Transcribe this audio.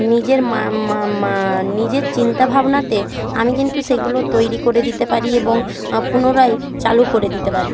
নিজের মা মা মা নিজের চিন্তাভাবনাতে আমি কিন্তু সেইগুলো তৈরি করে দিতে পারি এবং পুনরায় চালু করে দিতে পারি